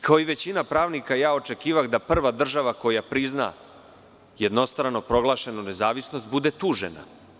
Kao i većina pravnika, očekivao sam da prva država koja prizna jednostrano proglašenu nezavisnost, bude tužena.